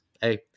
Hey